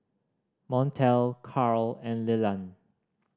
Montel Carl and Leland